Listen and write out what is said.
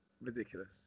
ridiculous